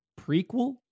prequel